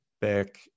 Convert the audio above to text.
back